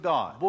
God